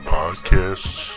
podcasts